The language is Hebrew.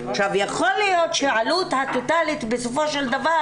יכול להיות שהעלות הטוטאלית בסופו של דבר